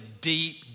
deep